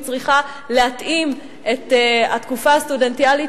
היא צריכה להתאים את התקופה הסטודנטיאלית